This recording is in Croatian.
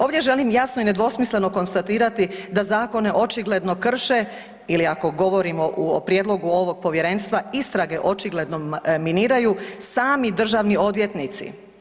Ovdje želim jasno i nedvosmisleno konstatirati da zakone očigledno ili krše ili ako govorimo o prijedlogu ovog povjerenstva istrage očigledno miniraju sami državni odvjetnici.